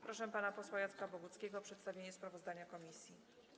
Proszę pana posła Jacka Boguckiego o przedstawienie sprawozdania komisji.